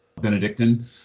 Benedictine